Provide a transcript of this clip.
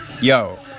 Yo